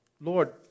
Lord